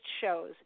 shows